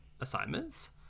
assignments